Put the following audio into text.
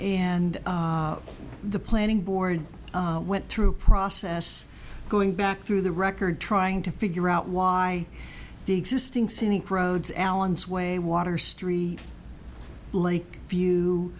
and the planning board went through a process going back through the record trying to figure out why the existing scenic roads allan's way water street like